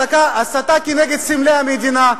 הסתה כנגד סמלי המדינה.